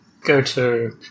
go-to